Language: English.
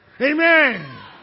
Amen